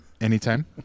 Anytime